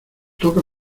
toca